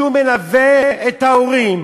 שמלווה את ההורים,